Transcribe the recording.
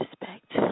respect